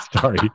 Sorry